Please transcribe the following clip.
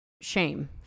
shame